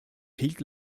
fehlt